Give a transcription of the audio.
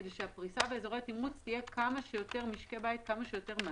כדי שהפריסה באזורי התמרוץ תהיה בכמה שיותר משקי בית כמה שיותר מהר.